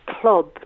Club